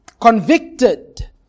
Convicted